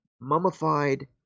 mummified